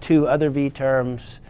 two other v terms.